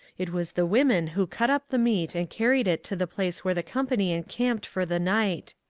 it was the women who cut up the meat and carried it to the place where the company encamped for the night.